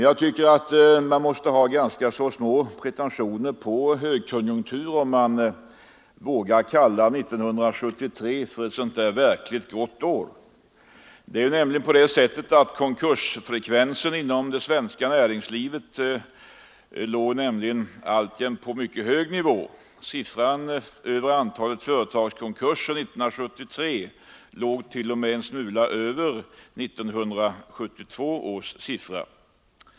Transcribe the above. Jag tycker att man måste ha ganska små pretentioner på högkonjunktur, om man vågar kalla 1973 för ett verkligt gott år. Konkursfrekvensen inom svenskt näringsliv låg nämligen alltjämt på mycket hög nivå; antalet företagskonkurser 1973 låg t.o.m. en smula över 1972 års siffra.